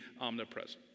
omnipresent